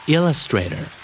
Illustrator